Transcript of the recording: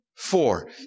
Four